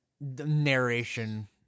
narration